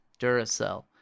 Duracell